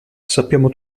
sappiamo